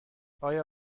آیا